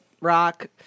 rock